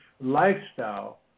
lifestyle